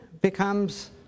becomes